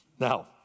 Now